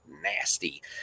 nasty